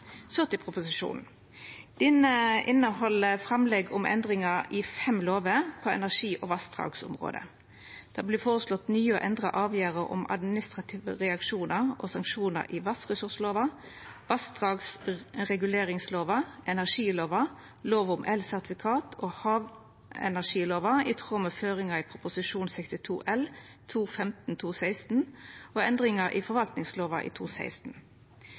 Så til proposisjonen, som inneheld framlegg til endringar i fem lover på energi- og vassdragsområdet. Det vert føreslått nye og endra avgjerder om administrative reaksjonar og sanksjonar i vassressurslova, vassdragsreguleringslova, energilova, lov om elsertifikat og havenergilova i tråd med føringar i Prop. 62 L for 2015–2016 og endringane i forvaltningslova i